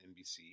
NBC